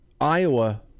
Iowa